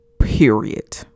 Period